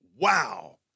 wow